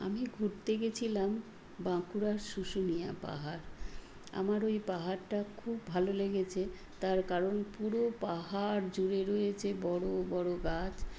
আমি ঘুরতে গেছিলাম বাঁকুড়ার শুশুনিয়া পাহাড় আমার ওই পাহাড়টা খুব ভালো লেগেছে তার কারণ পুরো পাহাড় জুড়ে রয়েছে বড় বড় গাছ